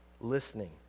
listening